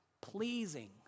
pleasing